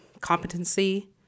competency